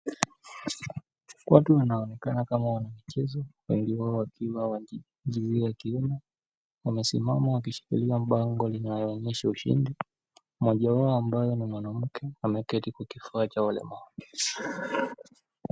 Watu wanaonekana wakiwa katika mchezo, wengi wao wakiwa wanaume wamesimama wakishikilia bango linaloashiria ushindi mmoja wao ambaye ni mwanamke ameketi katika kifaa cha walemavu.